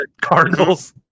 Cardinals